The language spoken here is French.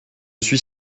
suis